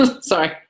Sorry